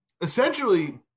Essentially